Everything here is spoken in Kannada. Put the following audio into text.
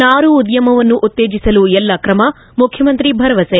ನಾರು ಉದ್ಲಮವನ್ನು ಉತ್ತೇಜಿಸಲು ಎಲ್ಲ ಕ್ರಮ ಮುಖ್ಯಮಂತ್ರಿ ಭರವಸೆ